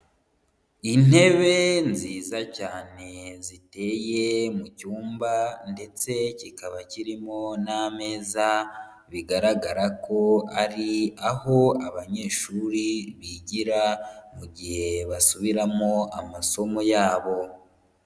Intebe nziza cyane ziteye mu cyumba ndetse kikaba kirimo n'ameza, bigaragara ko ari aho abanyeshuri bigira mu gihe basubiramo amasomo yabo.